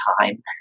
time